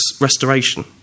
restoration